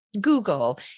Google